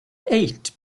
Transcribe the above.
eight